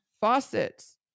Faucets